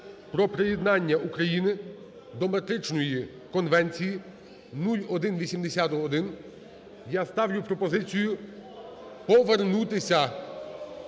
про приєднання України до Метричної конвенції (0181). Я ставлю пропозицію повернутися.